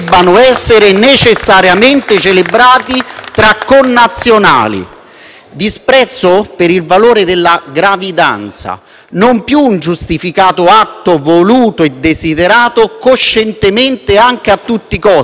e M5S)*. Disprezzo per il valore della gravidanza, non più un giustificato atto voluto e desiderato coscientemente, anche a tutti i costi, ma calcolato e comprato,